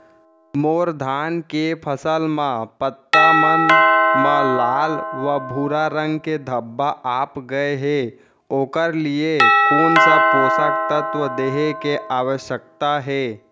मोर धान के फसल म पत्ता मन म लाल व भूरा रंग के धब्बा आप गए हे ओखर लिए कोन स पोसक तत्व देहे के आवश्यकता हे?